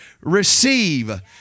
receive